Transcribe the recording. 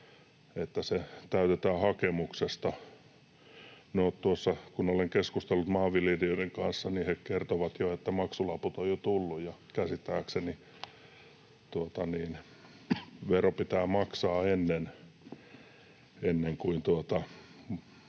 että se täytetään hakemuksesta. No, kun olen keskustellut maanviljelijöiden kanssa, niin he kertovat, että maksulaput ovat jo tulleet, ja käsittääkseni vero pitää maksaa ennen kuin